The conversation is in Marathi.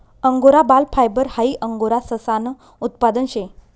अंगोरा बाल फायबर हाई अंगोरा ससानं उत्पादन शे